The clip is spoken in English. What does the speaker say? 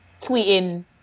tweeting